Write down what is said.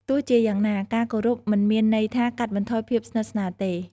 ទោះជាយ៉ាងណា ការគោរពមិនមានន័យថាកាត់បន្ថយភាពស្និទ្ធស្នាលទេ។